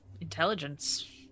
intelligence